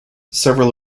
several